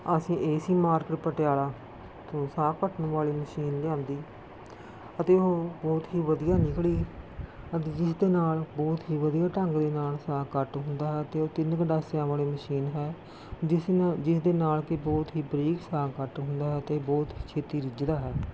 ਅਸੀਂ A C market Patiala ਤੋਂ ਸਾਗ ਕੱਟਣ ਵਾਲੀ ਮਸ਼ੀਨ ਲਿਆਂਦੀ ਅਤੇ ਉਹ ਬਹੁਤ ਹੀ ਵਧੀਆ ਨਿਕਲੀ ਅਤੇ ਜਿਸ ਦੇ ਨਾਲ ਬਹੁਤ ਹੀ ਵਧੀਆ ਢੰਗ ਦੇ ਨਾਲ ਸਾਗ ਕੱਟ ਹੁੰਦਾ ਹੈ ਅਤੇ ਉਹ ਤਿੰਨ ਗੰਡਾਸਿਆਂ ਵਾਲੀ ਮਸ਼ੀਨ ਹੈ ਜਿਸ ਨਾਲ ਜਿਸਦੇ ਨਾਲ ਕਿ ਬਹੁਤ ਹੀ ਬਰੀਕ ਸਾਗ ਕੱਟ ਹੁੰਦਾ ਹੈ ਅਤੇ ਬਹੁਤ ਛੇਤੀ ਰਿੱਝਦਾ ਹੈ